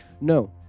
no